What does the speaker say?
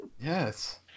Yes